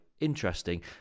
Interesting